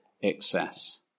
excess